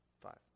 Five